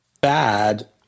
bad